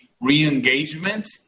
re-engagement